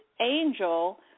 angel